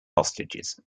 hostages